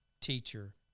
teacher